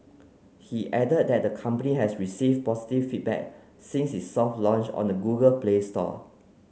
he added that the company has received positive feedback since its soft launch on the Google Play Store